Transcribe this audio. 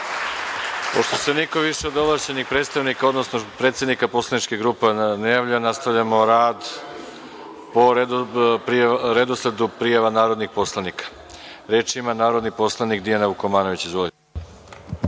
Pošto se više niko od ovlašćenih predstavnika, odnosno predsednika poslaničkih grupa ne javlja, nastavljamo rad po redosledu narodnih poslanika. Reč ima narodni poslanik Dijana Vukomanović.